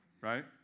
right